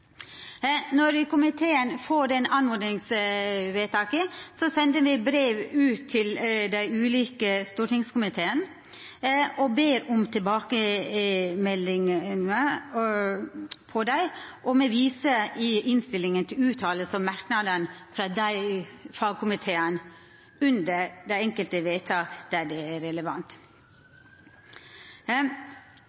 Når komiteen får oppmodingsvedtaka, sender me brev til dei ulike stortingskomiteane og ber om tilbakemelding på dei, og me viser i innstillinga til fråsegnene og merknadene frå fagkomiteen under dei enkelte vedtaka der det er relevant.